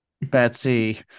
Betsy